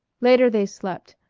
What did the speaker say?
later they slept,